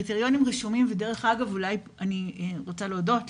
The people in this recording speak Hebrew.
ודרך אגב, אני רוצה להודות